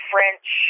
French